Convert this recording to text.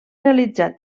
realitzat